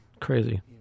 Crazy